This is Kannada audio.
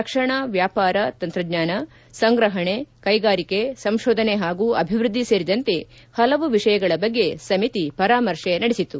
ರಕ್ಷಣಾ ವ್ಯಾಪಾರ ತಂತ್ರಜ್ಞಾನ ಸಂಗ್ರಹಣೆ ಕೈಗಾರಿಕೆ ಸಂಶೋಧನೆ ಹಾಗೂ ಅಭಿವೃದ್ದಿ ಸೇರಿದಂತೆ ಹಲವು ವಿಷಯಗಳ ಬಗ್ಗೆ ಸಮಿತಿ ಪರಾಮರ್ಶೆ ನಡೆಸಿತು